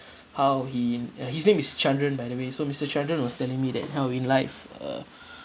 how he uh his name is chandran by the way so mister chandran was telling me that how in life uh